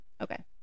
Okay